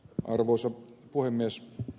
arvoisa puhemies